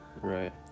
Right